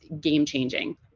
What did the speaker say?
game-changing